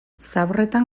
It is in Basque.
zaborretan